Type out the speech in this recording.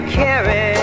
carry